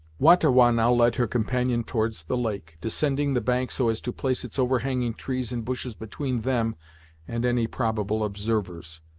wah-ta-wah now led her companion towards the lake, descending the bank so as to place its overhanging trees and bushes between them and any probable observers.